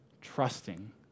trusting